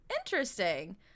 interesting